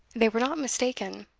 they were not mistaken.